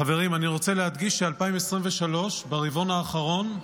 חברים, אני רוצה להדגיש ש-2023, ברבעון האחרון,